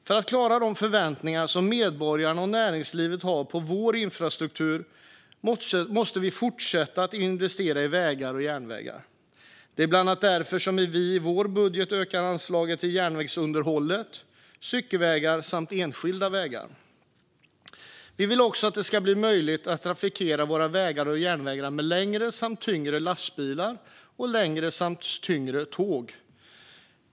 För att klara de förväntningar som medborgarna och näringslivet har på vår infrastruktur måste vi fortsätta att investera i vägar och järnvägar. Det är bland annat därför som vi i vår budget ökar anslagen till järnvägsunderhållet, cykelvägar samt enskilda vägar. Vi vill också att det ska bli möjligt att trafikera våra vägar och järnvägar med längre samt tyngre lastbilar och längre samt tyngre tåg.